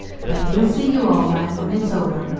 but he'll see you all right, when it's over.